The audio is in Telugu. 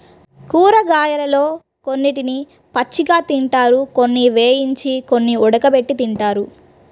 కూరగాయలలో కొన్నిటిని పచ్చిగా తింటారు, కొన్ని వేయించి, కొన్ని ఉడకబెట్టి తింటారు